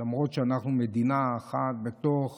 למרות שאנחנו מדינה אחת בתוך